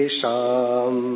sham